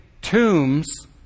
tombs